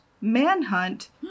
manhunt